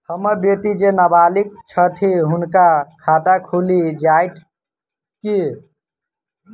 हम्मर बेटी जेँ नबालिग छथि हुनक खाता खुलि जाइत की?